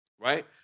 Right